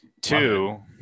Two